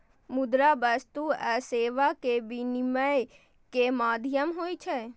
मुद्रा वस्तु आ सेवा के विनिमय के माध्यम होइ छै